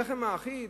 הלחם האחיד,